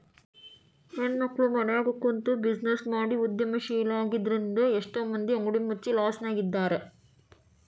ಹೆಣ್ಮಕ್ಳು ಮನ್ಯಗ ಕುಂತ್ಬಿಜಿನೆಸ್ ಮಾಡಿ ಉದ್ಯಮಶೇಲ್ರಾಗಿದ್ರಿಂದಾ ಎಷ್ಟೋ ಮಂದಿ ಅಂಗಡಿ ಮುಚ್ಚಿ ಲಾಸ್ನ್ಯಗಿದ್ದಾರ